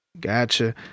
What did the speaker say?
Gotcha